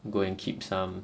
go and keep some